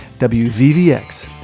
WVVX